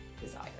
desire